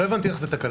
לא הבנתי איך זה תקלה.